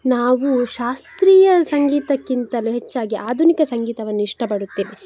ನಾವು ಶಾಸ್ತ್ರೀಯ ಸಂಗೀತಕ್ಕಿಂತಲೂ ಹೆಚ್ಚಾಗಿ ಆಧುನಿಕ ಸಂಗೀತವನ್ನುಇಷ್ಟ ಪಡುತ್ತೇವೆ